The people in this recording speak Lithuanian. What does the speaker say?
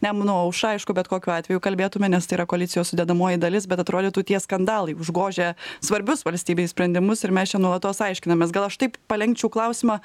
nemuno aušrą aišku bet kokiu atveju kalbėtume nes tai yra koalicijos sudedamoji dalis bet atrodytų tie skandalai užgožia svarbius valstybei sprendimus ir mes čia nuolatos aiškinamės gal aš taip palenkčiau klausimą